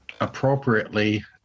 appropriately